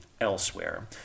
elsewhere